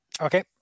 okay